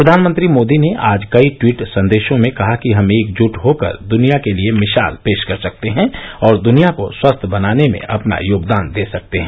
प्रधानमंत्री मोदी ने आज कई ट्वीट संदेशों में कहा कि हम एकजुट होकर दुनिया के लिए मिसाल पेश कर सकते हैं और द्निया को स्वस्थ बनाने में अपना योगदान दे सकते हैं